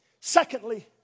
secondly